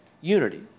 unity